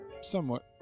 somewhat